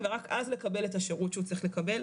ורק אז לקבל את השירות שהוא צריך לקבל,